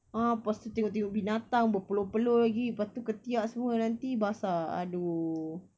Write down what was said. ah lepas tu tengok-tengok binatang berpeluh-peluh lagi lepas tu ketiak semua nanti basah !aduh!